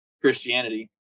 Christianity